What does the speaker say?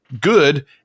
good